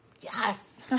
yes